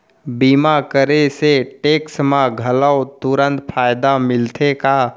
बीमा करे से टेक्स मा घलव तुरंत फायदा मिलथे का?